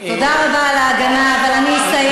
תודה רבה על ההגנה, אבל אני אסיים.